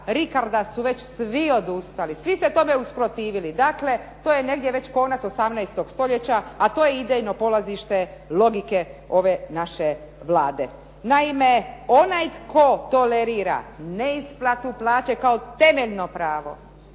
Ricarda su već svi odustali. Svi se tome usprotivili. Dakle to je negdje već konac 18. stoljeća, a to je idejno polazište logike ove naše Vlade. Naime, onaj tko tolerira neisplatu plaće kao temeljno pravo